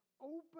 open